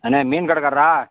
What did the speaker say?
அண்ணே மீன் கடைக்கார்ரா